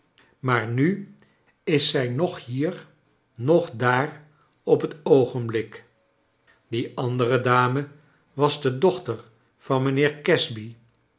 maar nu is zij noch hier noch daar op het oogenblik die andere dame was de dochter van mijnheer casby